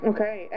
Okay